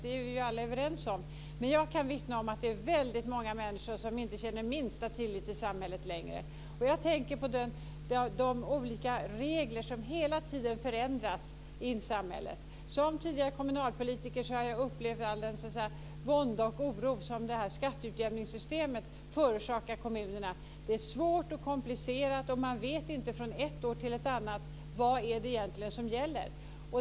Det är vi alla överens om, men jag kan vittna om att väldigt många människor inte längre känner den minsta tillit till samhället. Jag tänker på de olika regler som hela tiden förändras i samhället. Jag har som f.d. kommunalpolitiker upplevt den vånda och oro som skatteutjämningssystemet förorsakar kommunerna. Det är svårt och komplicerat, och man vet inte från ett år till ett annat vad som egentligen gäller.